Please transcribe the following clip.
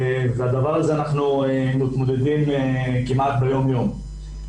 עם הדבר הזה אנחנו מתמודדים כמעט יום יום.